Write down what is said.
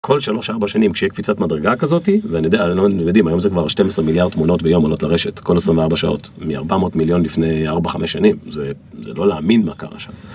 כל 3-4 שנים כשתהיה קפיצת מדרגה כזאת, ואני יודע, אני לא יודע אם היום זה כבר 12 מיליארד תמונות ביום עולות לרשת כל 24 שעות, מ-400 מיליון לפני 4-5 שנים, זה לא להאמין מה קרה שם.